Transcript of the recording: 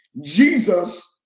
Jesus